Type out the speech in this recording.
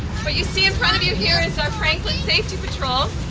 what you see in front of you here is our franklin safety patrol,